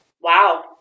Wow